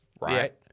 right